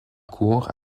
cours